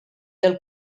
del